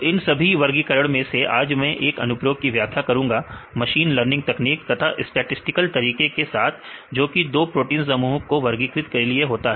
तो इन सभी वर्गीकरण में से आज मैं एक अनुप्रयोग की व्याख्या करूंगा मशीन लर्निंग तकनीक तथा स्टैटिसटिकल तरीके के साथ जोकि दो प्रोटीन समूह को वर्गीकृत करने के लिए होगा